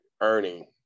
earning